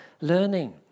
learning